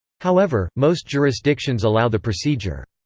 however, most jurisdictions allow the procedure.